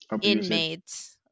inmates –